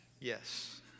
Yes